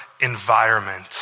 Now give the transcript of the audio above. environment